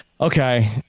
Okay